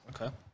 Okay